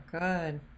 good